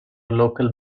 local